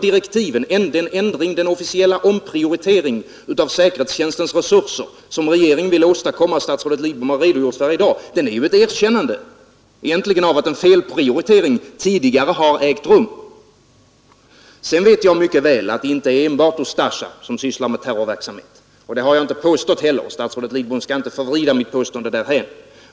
Den officiella omprioritering av säkerhetstjänstens resurser som regeringen vill åstadkomma och som statsrådet Lidbom har redogjort för i dag är ju egentligen ett erkännande av att en felprioritering tidigare har ägt rum. Sedan vet jag mycket väl att det inte enbart är Ustasja som sysslar med terrorverksamhet. Det har jag inte påstått heller. Statsrådet Lidbom skall inte förvränga mitt påstående.